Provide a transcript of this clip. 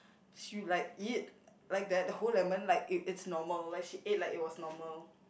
she'll like eat like that whole lemon like it is normal like she ate like it was normal